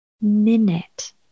minute